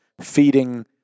feeding